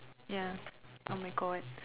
ya oh my god